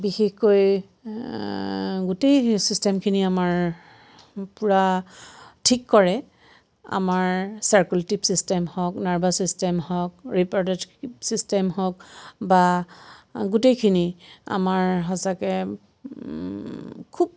বিশেষকৈ গোটেই চিষ্টেমখিনি আমাৰ পূৰা ঠিক কৰে আমাৰ চাৰ্কোলেটিভ চিষ্টেম হওক নাৰ্ভাছ চিষ্টেম হওক চিষ্টেম হওক বা গোটেইখিনি আমাৰ সঁচাকৈ খুব